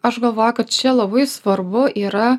aš galvoju kad čia labai svarbu yra